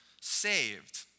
saved